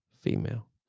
female